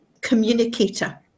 communicator